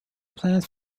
plans